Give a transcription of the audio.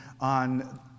on